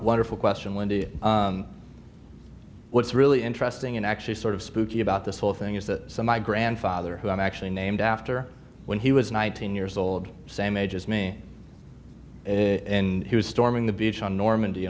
wonderful question wendy what's really interesting and actually sort of spooky about this whole thing is that some my grandfather who i'm actually named after when he was nineteen years old same age as me in he was storming the beach on normand